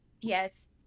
Yes